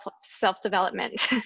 self-development